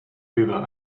über